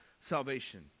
salvation